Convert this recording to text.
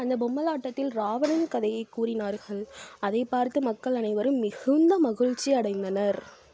அந்த பொம்மலாட்டத்தில் ராவணன் கதையை கூறினார்கள் அதை பார்த்து மக்கள் அனைவரும் மிகுந்த மகிழ்ச்சி அடைந்தனர்